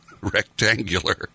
rectangular